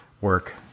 work